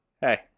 hey